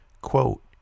Quote